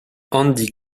andy